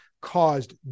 caused